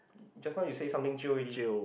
just now you said something jio already